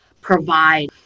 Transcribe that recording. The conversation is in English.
provide